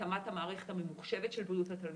התאמת המערכת הממוחשבת של בריאות התלמיד,